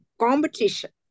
competition